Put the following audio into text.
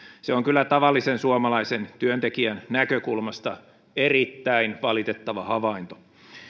se on kyllä tavallisen suomalaisen työntekijän näkökulmasta erittäin valitettava havainto